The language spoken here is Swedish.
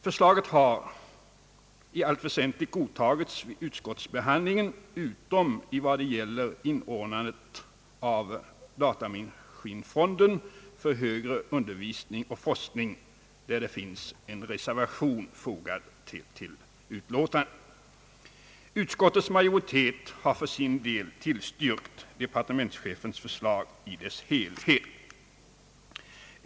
Förslaget har i huvudsak godtagits vid utskottsbehandlingen, utom vad gäller inordnandet av datamaskinfonden för högre undervisning och forskning, där det finns en reservation fogad till utlåtandet. Utskottets majoritet har för sin del tillstyrkt departementschefens förslag i dess helhet.